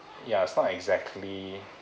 ya it's not exactly